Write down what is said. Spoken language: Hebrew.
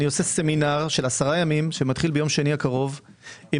אני עושה סמינר של עשרה ימים שמתחיל ביום שני הקרוב עם